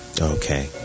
Okay